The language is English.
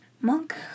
Monk